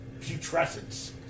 Putrescence